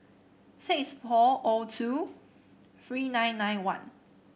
six four O two three nine nine one